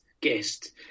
guest